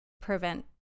prevent